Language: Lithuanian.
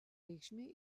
reikšmė